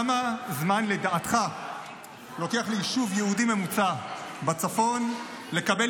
כמה זמן לדעתך לוקח ליישוב יהודי ממוצע בצפון לקבל